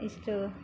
ಇಷ್ಟು